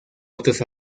otros